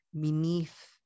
beneath